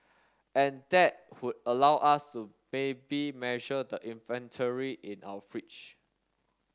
and that would allow us to maybe measure the inventory in our fridge